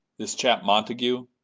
this chap, montague,